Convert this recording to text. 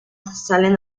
salen